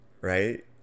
right